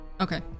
Okay